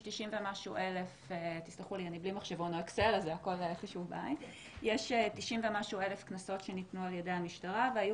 יש 90,000 ומשהו קנסות שניתנו על ידי המשטרה והיו